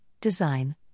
design